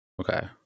Okay